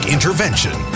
Intervention